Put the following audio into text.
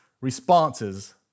responses